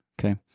okay